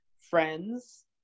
friends